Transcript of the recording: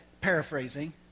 paraphrasing